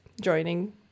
joining